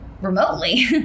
Remotely